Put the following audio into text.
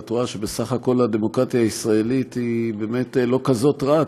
את רואה שבסך הכול הדמוקרטיה הישראלית היא באמת לא כזאת רעה.